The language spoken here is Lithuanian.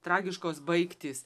tragiškos baigtys